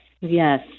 Yes